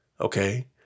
okay